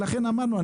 ולכן אמרנו,